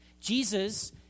Jesus